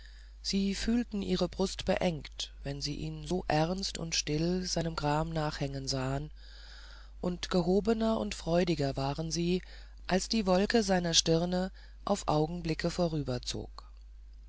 sie fühlten ihre brust beengt wenn sie ihn so ernst und stille seinem gram nachhängen sahen und gehobener freudiger waren sie als die wolke seiner stirne auf augenblicke vorüberzog